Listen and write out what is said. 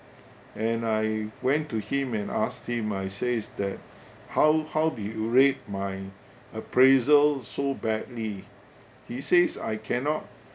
and I went to him and asked him I says that how how do you rate my appraisal so badly he says I cannot